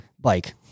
Bike